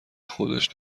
خودش